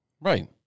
Right